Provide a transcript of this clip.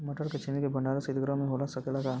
मटर के छेमी के भंडारन सितगृह में हो सकेला?